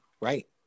Right